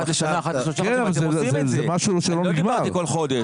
לא אמרתי כל חודש.